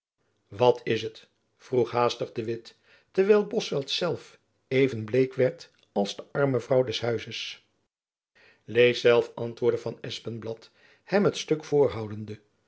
wat is het vroeg haastig de de witt terwijl bosveldt zelf even bleek werd als de arme vrouw des huizes lees zelf antwoordde van espenblad hem het stuk voorhoudende